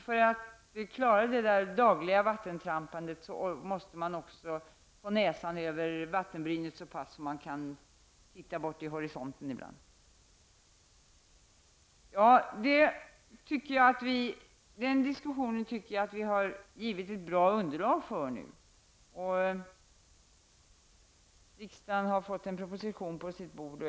För att klara det dagliga vattentrampandet måste man ibland få näsan över vattenytan så pass mycket att man kan se bort mot horisonten. Denna diskussion har vi nu fått en bra underlag för. Riksdagen har fått en proposition på sitt bord.